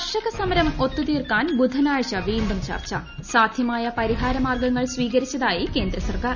കർഷക സമരം ഒത്തുതീർക്കാൻ ബുധനാഴ്ച വീണ്ടും ചർച്ച സാധ്യമായ പരിഹാര മാർഗ്ഗങ്ങൾ സ്വീകരിച്ചതായി കേന്ദ്ര സർക്കാർ